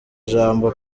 ijambo